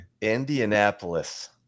indianapolis